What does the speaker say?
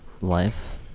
Life